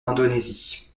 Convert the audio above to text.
indonésie